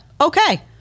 Okay